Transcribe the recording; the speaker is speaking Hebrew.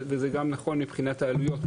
וזה גם נכון מבחינת העלויות,